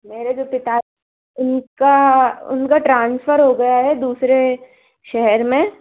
मेरे जो पिता उनका उनका ट्रांसफर हो गया है दूसरे शहर में